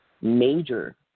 major